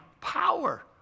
power